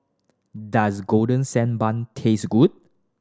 does Golden Sand Bun taste good